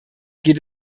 geht